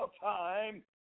time